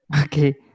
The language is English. Okay